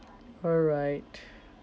alright